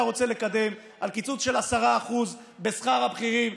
רוצה לקדם על קיצוץ של 10% בשכר הבכירים,